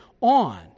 on